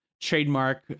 trademark